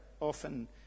often